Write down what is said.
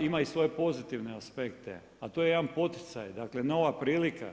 ima i svoje pozitivne aspekte a to je jedan poticaj, dakle nova prilika.